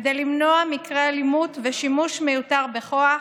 כדי למנוע מקרי אלימות ושימוש מיותר בכוח,